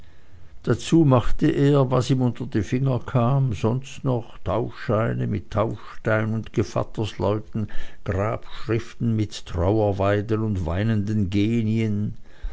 dazu machte er was ihm unter die finger kam sonst noch taufscheine mit taufstein und gevattersleuten grabschriften mit trauerweiden und weinenden genien